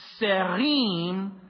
serim